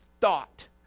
thought